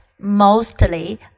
mostly